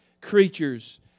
creatures